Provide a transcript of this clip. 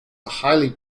highly